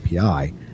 API